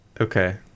Okay